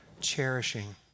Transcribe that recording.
cherishing